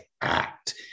act